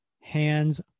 hands